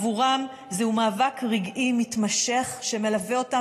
בעבורם זהו מאבק מתמשך שמלווה אותם